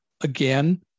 Again